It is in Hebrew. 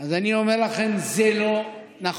אז אני אומר לכם, זה לא נכון.